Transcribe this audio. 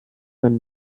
man